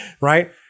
Right